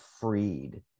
freed